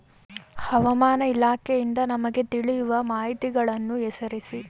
ಹವಾಮಾನ ಇಲಾಖೆಯಿಂದ ನಮಗೆ ತಿಳಿಯುವ ಮಾಹಿತಿಗಳನ್ನು ಹೆಸರಿಸಿ?